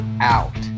out